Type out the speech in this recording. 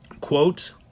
quote